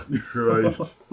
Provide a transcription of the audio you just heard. Christ